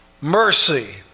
mercy